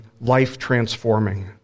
life-transforming